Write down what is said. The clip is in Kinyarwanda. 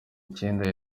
bikindi